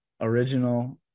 original –